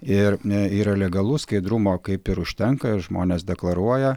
ir a yra legalu skaidrumo kaip ir užtenka ir žmonės deklaruoja